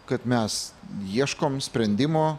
kad mes ieškom sprendimo